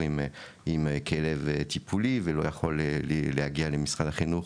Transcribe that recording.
עם כלב טיפולי ולא יכול להגיע למשרד החינוך,